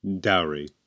Dowry